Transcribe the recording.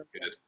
good